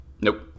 nope